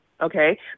okay